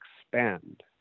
expand